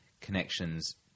connections